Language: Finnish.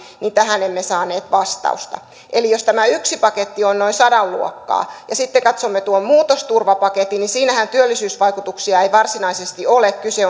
niin tähän emme saaneet vastausta eli tämä yksi paketti on noin sadan luokkaa ja sitten katsomme tuon muutosturvapaketin niin siinähän työllisyysvaikutuksia ei varsinaisesti ole kyse